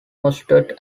hosted